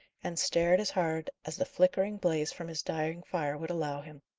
and stared as hard as the flickering blaze from his dying fire would allow him.